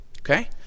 Okay